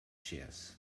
chairs